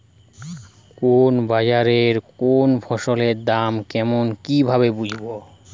কোন বাজারে কোন ফসলের দাম কেমন কি ভাবে বুঝব?